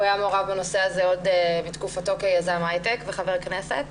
הוא היה מעורב בנושא הזה עוד בתקופתו כיזם הייטק וחבר כנסת,